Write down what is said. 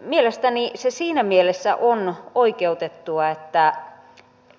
mielestäni se siinä mielessä on oikeutettua että